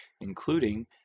including